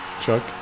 Chuck